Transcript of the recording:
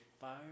Fire